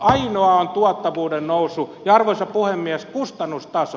ainoa on tuottavuuden nousu ja arvoisa puhemies kustannustaso